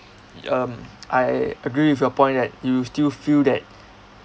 um I agree with your point that you still feel that